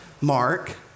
Mark